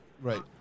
Right